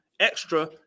extra